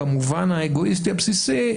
במובן האגואיסטי הבסיסי,